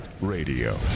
Radio